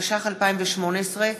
התשע"ח 2018,